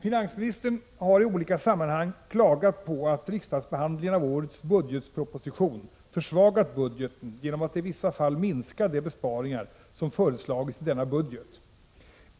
Finansministern har i olika sammanhang klagat på att riksdagsbehandlingen av årets budgetproposition försvagat budgeten, genom att man i vissa fall minskat de besparingar som föreslagits i denna budget.